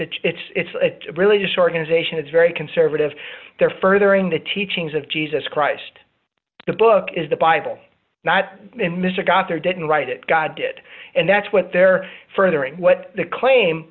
ministry it's a it's a religious organization it's very conservative they're furthering the teachings of jesus christ the book is the bible not mr gothard didn't write it god did and that's what they're furthering what the claim